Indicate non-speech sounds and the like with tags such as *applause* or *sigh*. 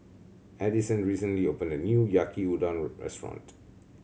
Adison recently opened a new Yaki Udon *unintelligible* restaurant